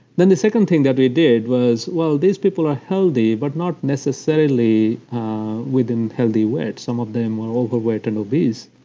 then, the second thing that we did was, well, these people are healthy, but not necessarily within healthy weight. some of them were overweight and obese.